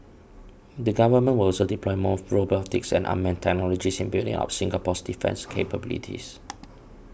the Government will also deploy more robotics and unmanned technologies in building up Singapore's defence capabilities